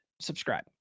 subscribe